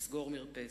לסגור מרפסת.